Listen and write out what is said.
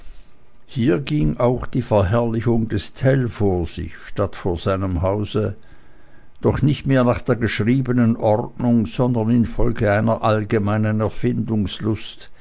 hier ging auch die verherrlichung des tell vor sich statt vor seinem hause doch nicht mehr nach der geschriebenen ordnung sondern infolge einer allgemeinen